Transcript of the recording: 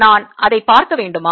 நான் அதை பார்க்க வேண்டுமா